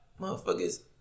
motherfuckers